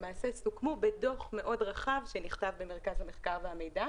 למעשה סוכמו בדוח מאוד רחב שנכתב במרכז המחקר והמידע.